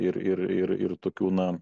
ir ir ir ir tokių na